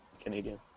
canadian